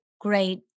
great